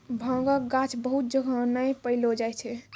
भांगक गाछ बहुत जगह नै पैलो जाय छै